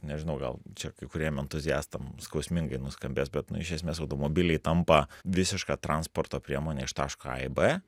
nežinau gal čia kai kuriem entuziastam skausmingai nuskambės bet nu iš esmės automobiliai tampa visiška transporto priemonė iš taško a į b